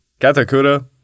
Katakura